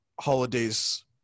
holidays